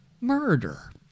Murder